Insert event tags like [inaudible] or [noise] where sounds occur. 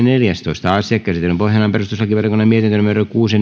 [unintelligible] neljästoista asia käsittelyn pohjana on perustuslakivaliokunnan mietintö kuusi [unintelligible]